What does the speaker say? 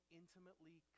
intimately